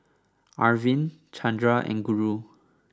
Arvind Chandra and Guru